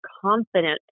confident